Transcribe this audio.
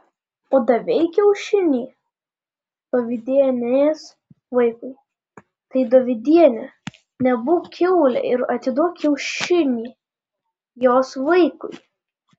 o davei kiaušinį dovydienės vaikui tai dovydiene nebūk kiaulė ir atiduok kiaušinį jos vaikui